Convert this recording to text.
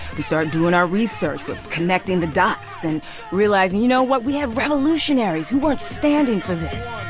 we started doing our research with connecting the dots and realizing, you know what? we have revolutionaries who weren't standing for this